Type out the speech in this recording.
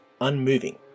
unmoving